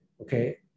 Okay